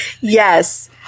Yes